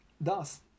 Thus